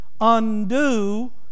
undo